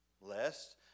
lest